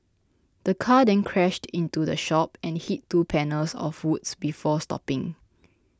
the car then crashed into the shop and hit two panels of woods before stopping